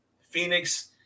Phoenix